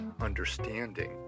understanding